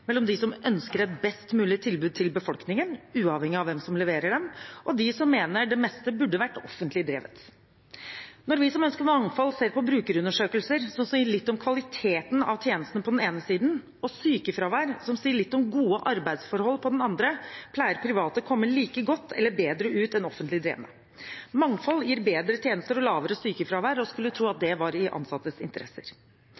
mellom dem som ønsker et best mulig tilbud til befolkningen, uavhengig av hvem som leverer det, og dem som mener det meste burde vært offentlig drevet. Når vi som ønsker mangfold, ser på brukerundersøkelser, som sier litt om kvaliteten av tjenestene på den ene siden, og sykefravær, som sier litt om gode arbeidsforhold på den andre, pleier private å komme like godt eller bedre ut enn offentlig drevne. Mangfold gir bedre tjenester og lavere sykefravær, og en skulle tro at